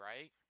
right